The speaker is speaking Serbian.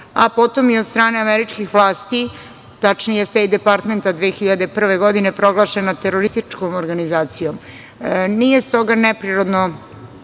a potom i od strane američkih vlasti, tačnije Stejt departmenta 2001. godine proglašena terorističkom organizacijom. Nije stoga neprirodno